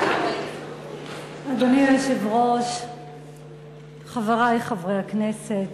אדוני היושב-ראש, חברי חברי הכנסת,